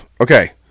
Okay